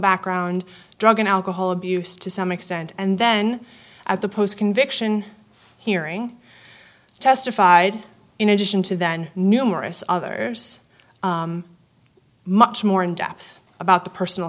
background drug and alcohol abuse to some extent and then at the post conviction hearing testified in addition to that and numerous others much more in depth about the personal